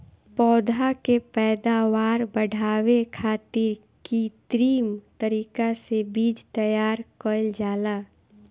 पौधा के पैदावार बढ़ावे खातिर कित्रिम तरीका से बीज तैयार कईल जाला